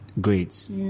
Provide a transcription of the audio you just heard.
grades